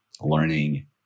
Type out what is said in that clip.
Learning